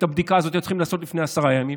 את הבדיקה הזאת היו צריכים לעשות לפני עשרה ימים.